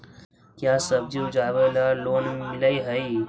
का सब्जी उपजाबेला लोन मिलै हई?